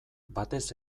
batez